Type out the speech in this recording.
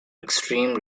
extreme